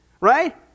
right